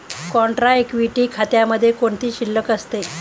Contra equity खात्यामध्ये कोणती शिल्लक असते?